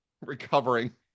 recovering